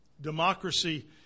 Democracy